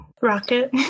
Rocket